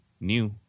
new